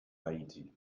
haiti